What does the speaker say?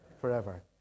forever